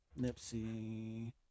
Nipsey